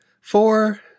four